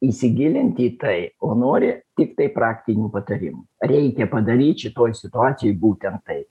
įsigilinti į tai o nori tiktai praktinių patarimų reikia padaryt šitoj situacijoj būtent taip